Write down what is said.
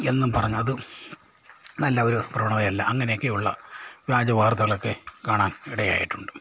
എന്നും പറഞ്ഞ് അതും നല്ല ഒരു പ്രവണതയല്ല അങ്ങനെയൊക്ക ഉള്ള വ്യാജ വർത്തകളൊക്കെ കാണാൻ ഇടയായിട്ടുണ്ട്